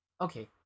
Okay